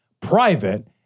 private